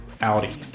Audi